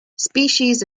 species